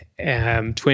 twin